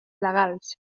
legals